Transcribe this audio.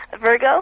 Virgo